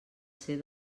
ser